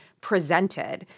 presented